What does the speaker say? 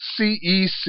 CEC